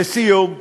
לסיום,